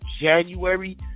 January